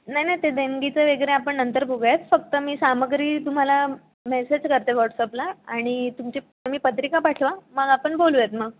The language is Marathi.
नाही नाही ते देणगीचं वगैरे आपण नंतर बघूयात फक्त मी सामग्री तुम्हाला मेसेज करते वॉटसअपला आणि तुमची तुम्ही पत्रिका पाठवा मग आपण बोलूयात मग